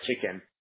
chicken